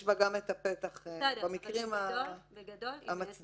יש בה גם הפתח במקרים המצדיקים.